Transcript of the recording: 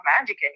magic